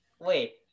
wait